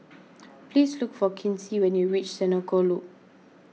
please look for Kinsey when you reach Senoko Loop